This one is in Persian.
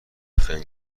خانم